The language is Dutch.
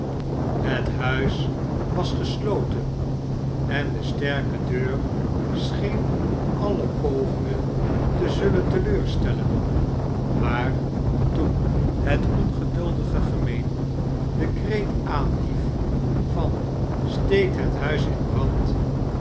het huis was gesloten en de sterke deur scheen alle pogingen te zullen teleur stellen maar toen het ongeduldige gemeen den kreet aanhief van steekt het huis in brand